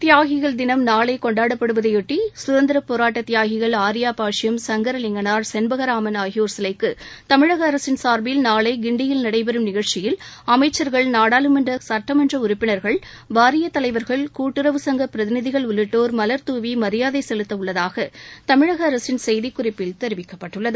தியாகிகள் தினம் நாளை கொண்டாடப்படுவதையொட்டி சுதந்திரப் போராட்ட தியாகிகள் ஆர்யா பாஷ்யம் சங்கரலிங்கனார் செண்பகராமன் ஆகியோர் சிலைக்கு தமிழக அரசின் சார்பில் நாளை கிண்டியில் நடைபெறும் நிகழ்ச்சியில் அமைச்சர்கள் நாடாளுமன்ற சட்டமன்ற உறுப்பினர்கள் வாரியத் தலைவர்கள் உள்ளிட்டோர் மலர் தூவி மரியாதை செலுத்த உள்ளதாக தமிழக அரசின் செய்திக் குறிப்பில் தெரிவிக்கப்பட்டுள்ளது